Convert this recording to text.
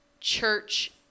church